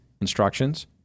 instructions